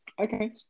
Okay